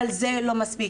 אבל זה לא מספיק.